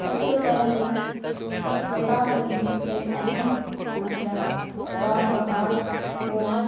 سب سے پہلے قطع برید ایک اہم مسئلہ ہے بعض اوقات حکومت